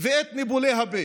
ואת ניבולי הפה.